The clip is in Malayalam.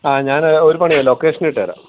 ആ ഞാൻ ഒരു പണി ചെയ്യാം ലൊക്കേഷൻ ഇട്ടു തരാം